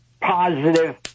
positive